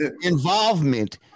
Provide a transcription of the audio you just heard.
involvement